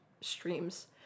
streams